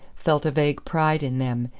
felt a vague pride in them,